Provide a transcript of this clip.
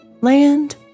land